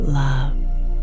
love